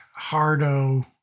Hardo